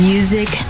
Music